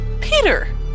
Peter